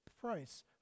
price